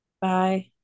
Bye